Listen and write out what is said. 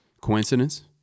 Coincidence